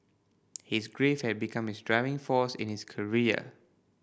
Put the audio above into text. his grief had become his driving force in his career